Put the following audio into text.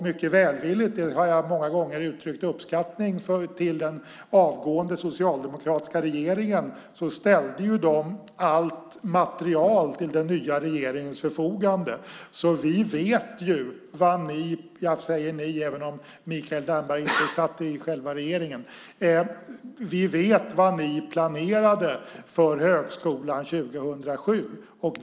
Mycket välvilligt ställde den avgående socialdemokratiska regeringen allt material till den nya regeringens förfogande; jag har många gånger uttryckt min uppskattning över det. Vi vet därför vad ni - jag säger "ni" även om Mikael Damberg inte satt i regeringen - planerade för högskolan 2007.